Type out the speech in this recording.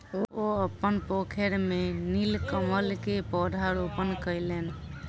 ओ अपन पोखैर में नीलकमल के पौधा रोपण कयलैन